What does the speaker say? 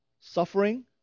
Suffering